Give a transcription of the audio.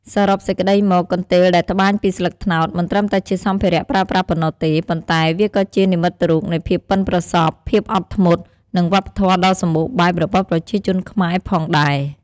សរុបសេចក្ដីមក កន្ទេលដែលត្បាញពីស្លឹកត្នោត មិនត្រឹមតែជាសម្ភារៈប្រើប្រាស់ប៉ុណ្ណោះទេ ប៉ុន្តែវាក៏ជា និមិត្តរូបនៃភាពប៉ិនប្រសប់ ភាពអត់ធ្មត់ និងវប្បធម៌ដ៏សម្បូរបែបរបស់ប្រជាជនខ្មែរ ផងដែរ។